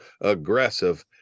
aggressive